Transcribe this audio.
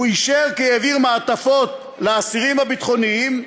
הוא אישר כי העביר מעטפות לאסירים הביטחוניים,